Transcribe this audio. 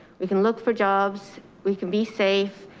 we can look for jobs, we can be safe,